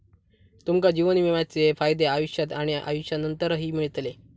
तुमका जीवन विम्याचे फायदे आयुष्यात आणि आयुष्यानंतरही मिळतले